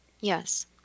Yes